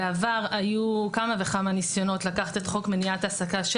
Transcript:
בעבר היו כמה וכמה ניסיונות לקחת את חוק מניעת העסקה של